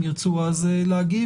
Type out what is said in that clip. אם ירצו להגיב,